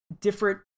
different